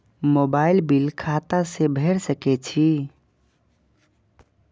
Mobile bill खाता से भेड़ सके छि?